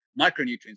micronutrients